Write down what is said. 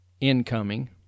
incoming